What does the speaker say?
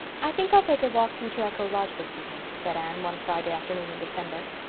i think i'll take a walk through to echo lodge this evening, said anne, one friday afternoon in december.